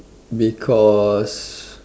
because